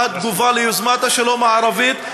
מה התגובה על יוזמת השלום הערבית,